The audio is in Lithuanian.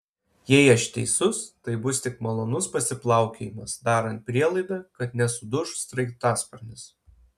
jei aš teisus tai bus tik malonus pasiplaukiojimas darant prielaidą kad nesuduš sraigtasparnis